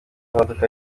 imodoka